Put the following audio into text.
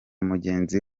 mugenzi